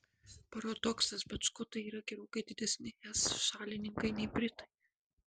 paradoksas bet škotai yra gerokai didesni es šalininkai nei britai